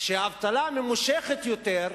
כשהאבטלה ממושכת יותר,